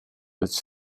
its